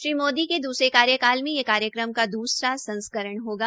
श्री मोदी के द्रसरे कार्यकाल मे यह कार्यक्रम का द्रसरा संस्करण होगा